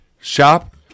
shop